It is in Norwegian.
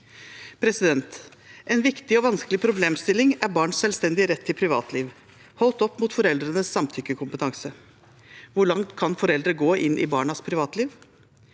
påkjenninger. En viktig og vanskelig problemstilling er barns selvstendige rett til privatliv holdt opp mot foreldrenes samtykkekompetanse. Hvor langt kan foreldre gå inn i barnas privatliv?